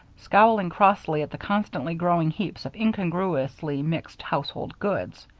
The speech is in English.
scowling crossly at the constantly growing heaps of incongruously mixed household goods,